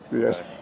yes